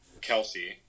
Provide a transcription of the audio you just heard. Kelsey